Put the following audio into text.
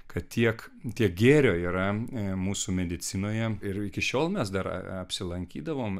kad tiek tiek gėrio yra mūsų medicinoje ir iki šiol mes dar apsilankydavome